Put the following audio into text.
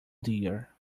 dear